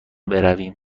برویم